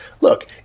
Look